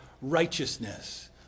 righteousness